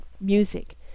music